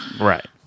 Right